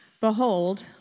behold